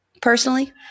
personally